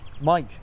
Mike